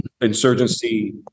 insurgency